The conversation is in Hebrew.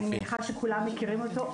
אני מניחה שכולם מכירים אותו,